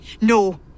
no